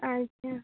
ᱟᱪᱪᱷᱟ